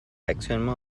actuellement